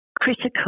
critical